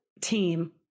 team